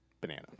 banana